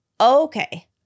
Okay